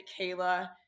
Kayla